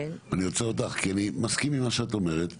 אני עוצר אותך כי אני מסכים עם מה שאת אומרת,